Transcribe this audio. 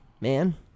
man